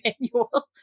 manual